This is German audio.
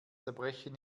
zerbrechen